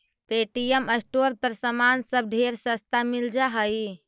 Paytm store पर समान सब ढेर सस्ता मिल जा हई